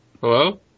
Hello